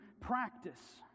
practice